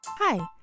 Hi